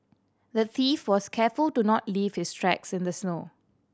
the thief was careful to not leave his tracks in the snow